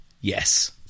yes